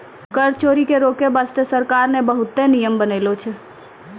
कर चोरी के रोके बासते सरकार ने बहुते नियम बनालो छै